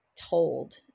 told